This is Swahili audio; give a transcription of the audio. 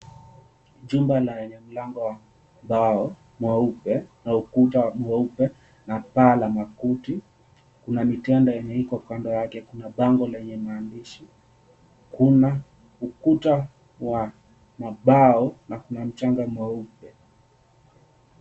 Jumba lenye mlango wa mbao mweupe na ukuta mweupe na paa la makuti. Kuna mitende yenye iko kando yake, kuna bango lenye maandishi. Kuna ukuta wa mabao na kuna mchanga mweupe.